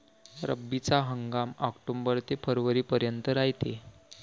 रब्बीचा हंगाम आक्टोबर ते फरवरीपर्यंत रायते